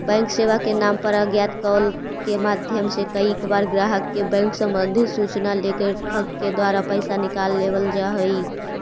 bank सेवा के नाम पर अज्ञात कॉल के माध्यम से कईक बार ग्राहक के बैंक संबंधी सूचना लेके ठग के द्वारा पैसा निकाल लेवल जा हइ